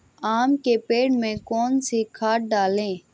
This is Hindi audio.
आम के पेड़ में कौन सी खाद डालें?